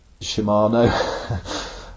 Shimano